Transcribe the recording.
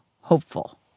hopeful